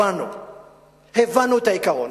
הבנו את העיקרון.